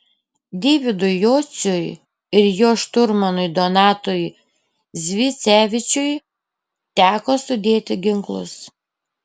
deividui jociui ir jo šturmanui donatui zvicevičiui teko sudėti ginklus